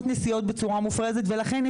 יש להם זכות לטעון שהם נוסעים --- כן,